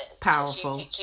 powerful